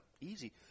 easy